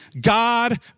God